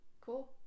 Cool